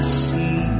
see